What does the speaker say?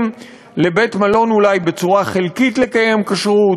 לבית-מלון אולי בצורה חלקית לקיים כשרות,